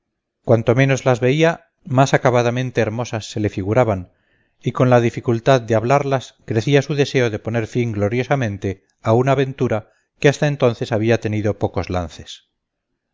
cuanto menos las veía más acabadamente hermosas se le figuraban y con la dificultad de hablarlas crecía su deseo de poner fin gloriosamente a una aventura que hasta entonces había tenido pocos lances